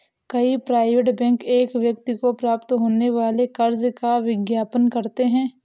कई private bank एक व्यक्ति को प्राप्त होने वाले कर्ज का विज्ञापन करते हैं